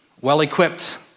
well-equipped